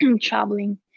traveling